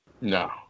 No